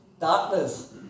Darkness